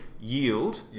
yield